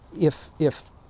if—if